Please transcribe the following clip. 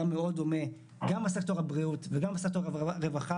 היה מאוד דומה גם בסקטור הבריאות וגם בסקטור הרווחה.